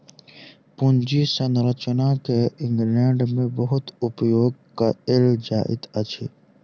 पूंजी संरचना के इंग्लैंड में बहुत उपयोग कएल जाइत अछि